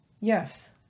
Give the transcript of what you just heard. Yes